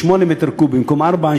ב-8 מ"ק במקום ב-4,